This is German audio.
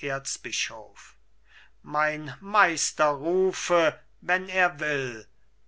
erzbischof mein meister rufe wenn er will